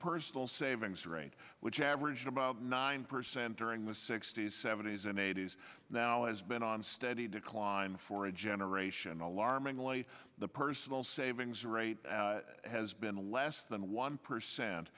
personal savings rate which averaged about nine percent during the sixty's seventy's and eighty's now as been on steady decline for a generation alarmingly the personal savings rate has been less than one percent